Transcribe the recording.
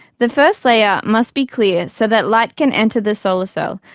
the first layer must be clear so that light can enter the solar so